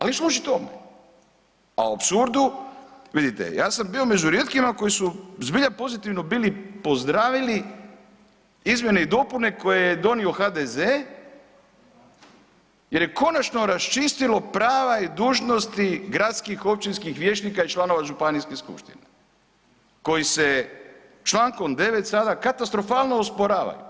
Ali služi tome, a … vidite ja sam bio među rijetkima koji su zbilja pozitivno bili pozdravili izmjene i dopune koje je donio HDZ-e jer je konačno raščistilo prava i dužnosti gradskih, općinskih vijećnika i članova županijskih skupština koji se člankom 9. sada katastrofalno osporava.